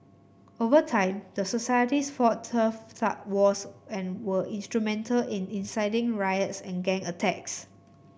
over time the societies fought turf wars and were instrumental in inciting riots and gang attacks